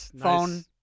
phone